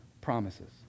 promises